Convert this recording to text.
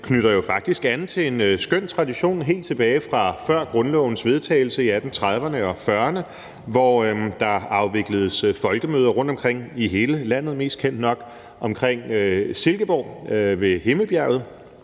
det knytter jo faktisk an til en skøn tradition, som er helt tilbage fra før grundlovens vedtagelse, i 1830'erne og 1840'erne, hvor der afvikledes folkemøder rundtomkring i hele landet, nok mest kendt omkring Silkeborg ved Himmelbjerget,